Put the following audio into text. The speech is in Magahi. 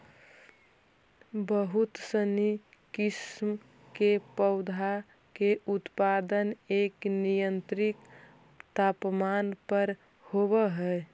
बहुत सनी किस्म के पौधा के उत्पादन एक नियंत्रित तापमान पर होवऽ हइ